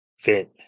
Fit